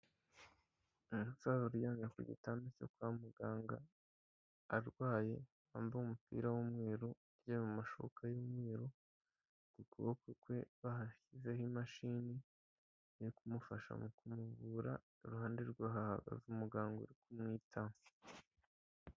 Umusaza uryamye ku gitanda cyo kwa muganga, arwaye, wambaye umupira w'umweru, aryamye mu mashuka y'umweru, ku kuboko kwe bahashyizeho imashini yo kumufasha mu kumuvura, iruhande rwe hahagaze umuganga uri kumwitaho.